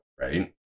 right